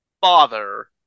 father